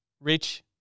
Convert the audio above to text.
rich